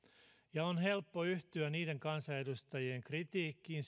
ja on helppo yhtyä niiden kansanedustajien kritiikkiin